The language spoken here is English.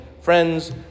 friends